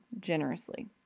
generously